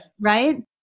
right